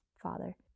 father